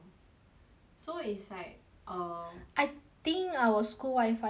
so is like err I think our school wifi doesn't allow it